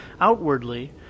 Outwardly